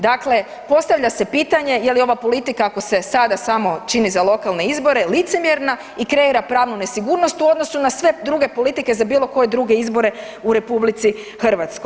Dakle, postavlja se pitanje je li ova politika ako se sada samo čini za lokalne izbore licemjerna i kreira pravnu nesigurnost u odnosu na sve druge politike za bilo koje druge izbore u RH?